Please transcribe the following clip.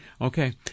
Okay